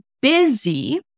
busy